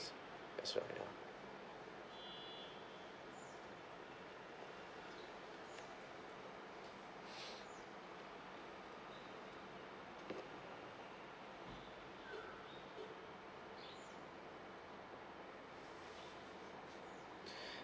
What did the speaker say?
that's why ya